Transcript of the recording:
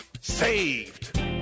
Saved